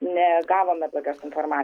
negavome tokios informacijos